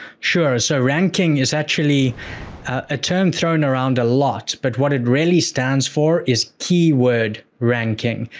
sure, so ranking is actually a term thrown around a lot, but what it really stands for is keyword ranking.